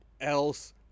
else